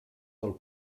del